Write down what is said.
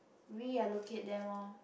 reallocate them orh